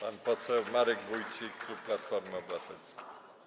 Pan poseł Marek Wójcik, klub Platformy Obywatelskiej.